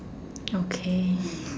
okay